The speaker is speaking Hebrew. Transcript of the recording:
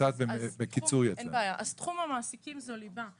אז תחום המעסיקים זאת ליבה.